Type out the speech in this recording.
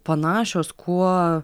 panašios kuo